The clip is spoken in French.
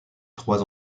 trois